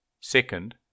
Second